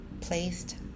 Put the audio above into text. placed